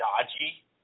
dodgy